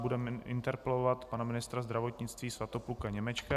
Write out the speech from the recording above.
Bude interpelovat pana ministra zdravotnictví Svatopluka Němečka.